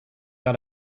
got